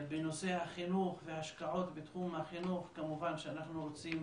בנושא החינוך וההשקעות בתחום החינוך כמובן שאנחנו רוצים